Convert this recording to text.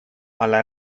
alla